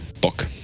book